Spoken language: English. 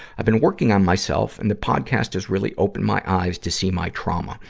i've been working on myself and the podcast has really opened my eyes to see my trauma.